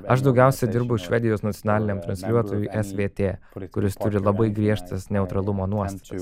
aš daugiausia dirbu švedijos nacionaliniam transliuotojui svt kuris turi labai griežtas neutralumo nuostatas